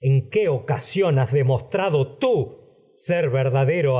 en qué ocasión has demostrado tú adivino ser verdadero